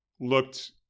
looked